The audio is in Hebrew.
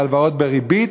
בהלוואות בריבית,